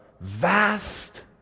vast